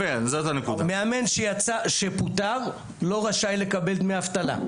מאמן שפוטר לא רשאי לקבל דמי אבטלה.